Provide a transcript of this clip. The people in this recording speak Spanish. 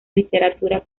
literatura